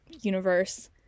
universe